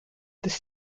this